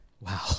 Wow